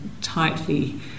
tightly